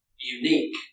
unique